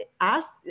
ask